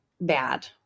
bad